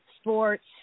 sports